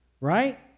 right